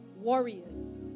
warriors